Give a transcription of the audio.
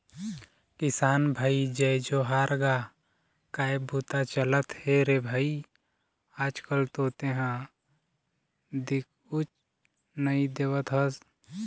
किसान भाई जय जोहार गा काय बूता चलत हे रे भई आज कल तो तेंहा दिखउच नई देवत हस?